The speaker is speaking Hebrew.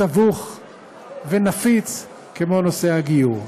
סבוך ונפיץ כמו נושא הגיור.